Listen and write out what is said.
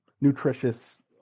nutritious